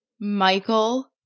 Michael